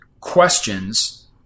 questions